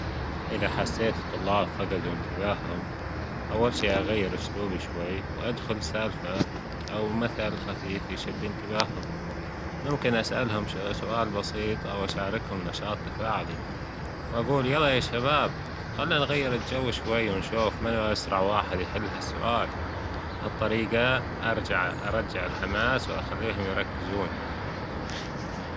أذا حسيت ألطلاب فجدو أنتباههم أول شئ أغير اسلوبي شوية وأدخل سالفة او مثل خفيف بيشد أنتباههم ممكن أسألهم سؤال بسيط أو اشاركهم نشاط تفاعلي واجول يا يا شباب خلينا نغير ألجو شوية نشوف من أسرع واحد يحل ها ألسؤال هالطريجة أرجع أرجع الحماس وأخليهم يركزون